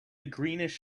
greenish